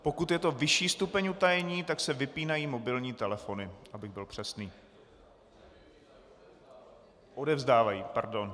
Pokud je to vyšší stupeň utajení, tak se vypínají mobilní telefony, abych byl přesný... odevzdávají, pardon.